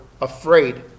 afraid